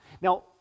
Now